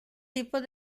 tipos